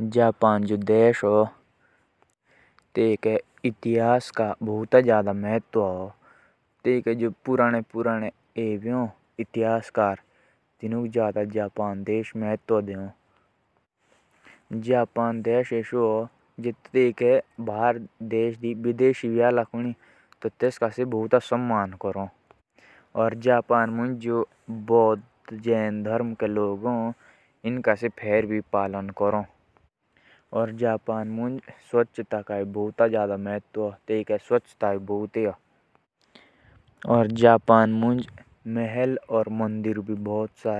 जापान देश ह् वहाँ जादा इतिहासकार ह्। और वहाँ अगर कोई विदेशी आयेगा तो उनका जादा सम्मान रखते